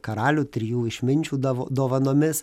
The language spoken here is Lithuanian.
karalių trijų išminčių dova dovanomis